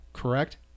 correct